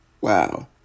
wow